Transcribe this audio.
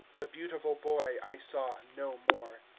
the beautiful boy i saw no more.